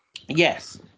Yes